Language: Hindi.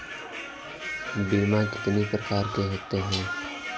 बीमा कितनी प्रकार के होते हैं?